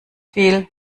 viel